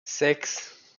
sechs